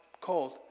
cold